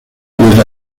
with